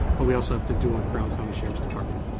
but we also have to do with brown county sheriff's department.